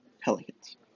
Pelicans